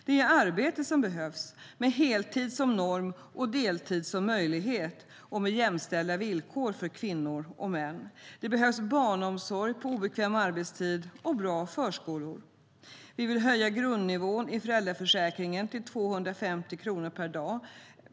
Det är arbete som behövs, med heltid som norm och deltid som möjlighet och med jämställda villkor för kvinnor och män. Det behövs barnomsorg på obekväm arbetstid och bra förskolor. Vi vill höja grundnivån i föräldraförsäkringen till 250 kronor per dag.